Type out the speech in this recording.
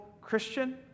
Christian